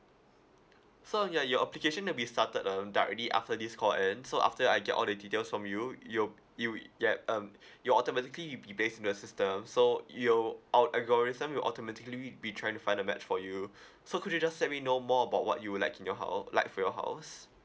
so ya your application will be started um directly after this call end so after I get all the details from you you'll you yup um you'll automatically you'll be based in the system so you'll al~ algorithm will automatically be trying to find a match for you so could you just let me know more about what you would like in your hou~ like for your house